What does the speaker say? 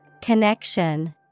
Connection